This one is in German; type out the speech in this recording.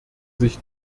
sich